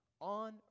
on